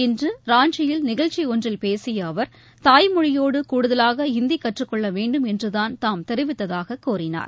இன்று ராஞ்சியில் நிகழ்ச்சி ஒன்றில் பேசிய அவர் தாய் மொழியோடு கூடுதலாக இந்தி கற்றுக்கொள்ள வேண்டும் என்றுதான் தாம் தெரிவித்தாக கூறினார்